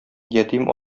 ятим